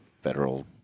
federal